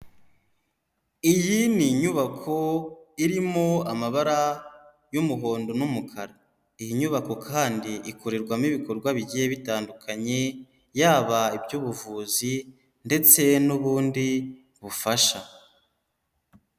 Iyi ni inyubako irimo amabara y'umuhondo n'umukara, iyi nyubako kandi ikorerwamo ibikorwa bigiye bitandukanye, yaba iby'ubuvuzi ndetse n'ubundi bufasha.